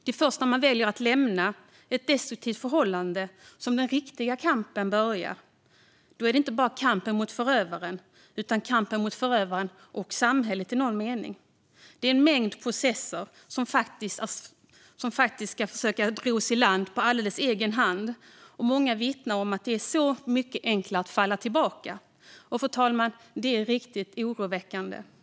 Det är först när man väljer att lämna ett destruktivt förhållande som den riktiga kampen börjar. Då är det inte bara kampen mot förövaren utan kampen mot förövaren och samhället i någon mening. Det är en mängd processer som man ska försöka ro i land på egen hand. Många vittnar om att det är så mycket enklare att falla tillbaka. Det är riktigt oroväckande, fru talman.